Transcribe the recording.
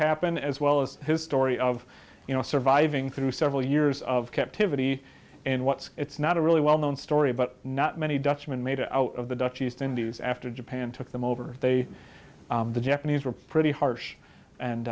happen as well as his story of you know surviving through several years of captivity and what's it's not a really well known story but not many dutchman made it out of the dutch east indies after japan took them over they the japanese were pretty harsh and